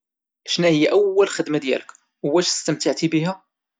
شناهيا اول خدمة ديالك وواش استمتعتي بها؟